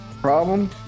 problem